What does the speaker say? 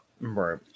Right